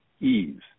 ease